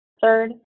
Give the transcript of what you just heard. Third